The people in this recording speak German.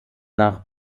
nach